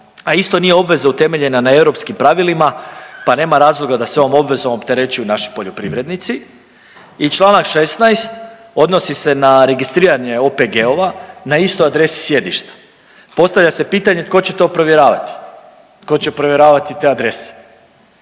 a isto nije obveza utemeljena na europskim pravilima pa nema razloga da se ovom obvezom opterećuju naši poljoprivrednici. I Članak 16. odnosi se na registriranje OPG-ova na istoj adresi sjedišta. Postavlja se pitanje tko će to provjeravati, tko će provjeravati te adrese?